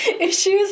issues